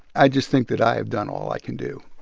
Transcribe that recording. i just think that i have done all i can do.